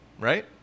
right